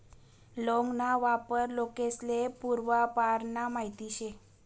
लौंग ना वापर लोकेस्ले पूर्वापारना माहित शे